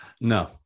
No